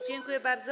Dziękuję bardzo.